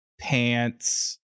pants